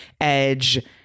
edge